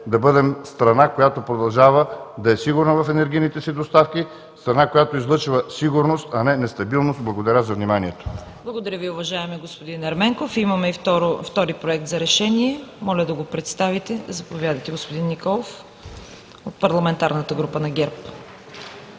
да бъдем страна, която продължава да е сигурна в енергийните си доставки, страна, която излъчва сигурност, а не нестабилност. Благодаря за вниманието. ПРЕДСЕДАТЕЛ ЦВЕТА КАРАЯНЧЕВА: Благодаря Ви, уважаеми господин Ерменков. Имаме и втори Проект за решение. Моля да го представите. Заповядайте, господин Николов – от парламентарната група на ГЕРБ.